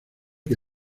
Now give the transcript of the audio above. que